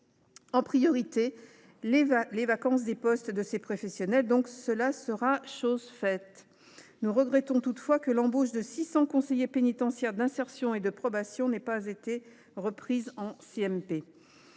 en priorité, les vacances de postes de ces professionnels. Cela sera chose faite. Absolument ! Nous regrettons toutefois que l’embauche de 600 conseillers pénitentiaires d’insertion et de probation n’ait pas été retenue